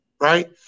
Right